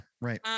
right